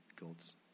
God's